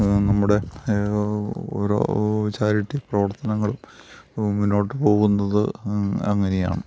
നമ്മുടെ ഓരോ ചാരിറ്റി പ്രവർത്തനങ്ങളും മുന്നോട്ട് പോകുന്നത് അങ്ങനെയാണ്